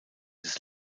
des